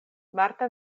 marta